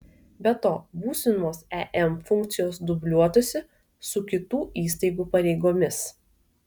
be to būsimos em funkcijos dubliuotųsi su kitų įstaigų pareigomis